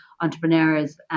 entrepreneurs